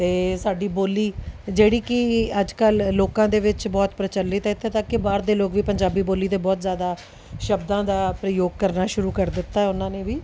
ਅਤੇ ਸਾਡੀ ਬੋਲੀ ਜਿਹੜੀ ਕਿ ਅੱਜ ਕੱਲ੍ਹ ਲੋਕਾਂ ਦੇ ਵਿੱਚ ਬਹੁਤ ਪ੍ਰਚਲਿਤ ਇੱਥੋਂ ਤੱਕ ਕਿ ਬਾਹਰ ਦੇ ਲੋਕ ਵੀ ਪੰਜਾਬੀ ਬੋਲੀ ਦੇ ਬਹੁਤ ਜ਼ਿਆਦਾ ਸ਼ਬਦਾਂ ਦਾ ਪ੍ਰਯੋਗ ਕਰਨਾ ਸ਼ੁਰੂ ਕਰ ਦਿੱਤਾ ਉਹਨਾਂ ਨੇ ਵੀ